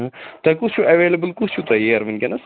تۄہہِ کُس چھو اویلیبل کُس چھو تۄہہِ ییر ونکیٚنَس